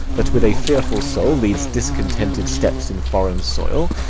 that with a fearful soul leads discontented steps in foreign soil,